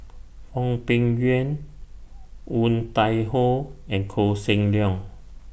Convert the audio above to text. Hwang Peng Yuan Woon Tai Ho and Koh Seng Leong